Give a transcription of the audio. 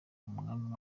umwami